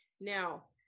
Now